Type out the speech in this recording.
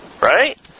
Right